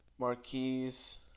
Marquise